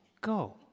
go